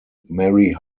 mary